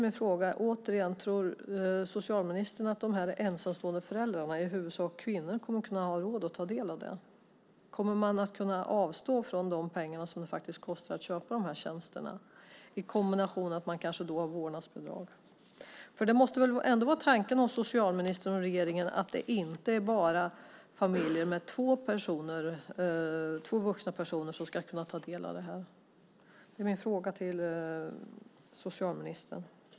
Min fråga blir om socialministern tror att de ensamstående föräldrarna, i huvudsak kvinnor, kommer att ha råd att ta del av dessa tjänster. Kommer de att kunna avstå från de pengar som det kostar att köpa tjänsterna, detta i kombination med att de kanske har vårdnadsbidrag? Tanken hos socialministern och regeringen måste väl vara att det inte bara är familjer med två vuxna personer som ska kunna ta del av detta? Det är min fråga till socialministern.